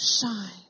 shine